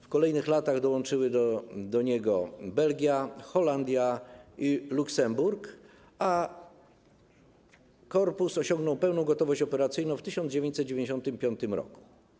W kolejnych latach dołączyły do niego Belgia, Holandia i Luksemburg, a korpus osiągnął pełną gotowość operacyjną w 1995 r.